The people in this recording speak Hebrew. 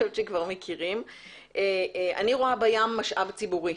שכבר מכירים אותה, היא שאני רואה בים משאב ציבורי.